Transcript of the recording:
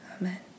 Amen